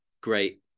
great